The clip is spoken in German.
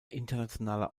internationaler